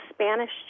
Spanish